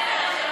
איננה,